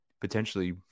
potentially